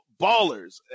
Ballers